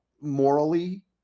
morally